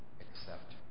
Accept